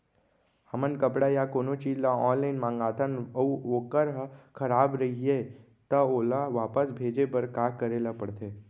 हमन कपड़ा या कोनो चीज ल ऑनलाइन मँगाथन अऊ वोकर ह खराब रहिये ता ओला वापस भेजे बर का करे ल पढ़थे?